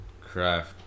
craft